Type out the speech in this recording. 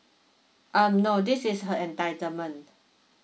um no this is her entitlement